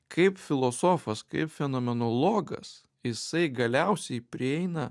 kaip filosofas kaip fenomenologas jisai galiausiai prieina